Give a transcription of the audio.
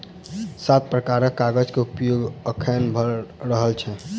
सात प्रकारक कागज के उपयोग अखैन भ रहल छै